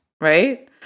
right